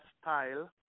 style